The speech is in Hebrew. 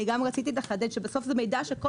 אני גם רציתי לחדד שבסוף זה מידע שכל